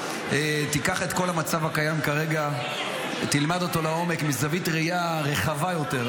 תיקח את כל המצב הקיים כרגע ותלמד אותו לעומק מזווית ראייה רחבה יותר,